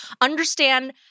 understand